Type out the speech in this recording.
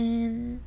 mmhmm